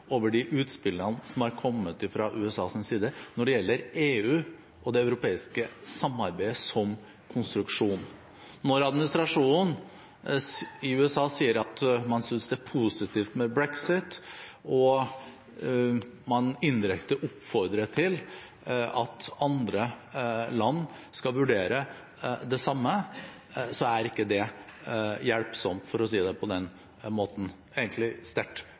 over de utspillene som er kommet fra USAs side når det gjelder EU og det europeiske samarbeidet som konstruksjon. Når administrasjonen i USA sier at man synes det er positivt med brexit og man indirekte oppfordrer til at andre land skal vurdere det samme, så er ikke det hjelpsomt – for å si det på den måten – det er egentlig sterkt